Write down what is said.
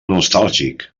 nostàlgic